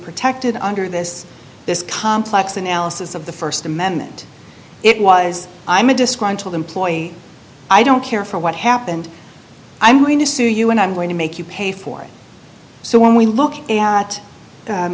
protected under this this complex analysis of the st amendment it was i'm a disgruntled employee i don't care for what happened i'm going to sue you and i'm going to make you pay for it so when we look at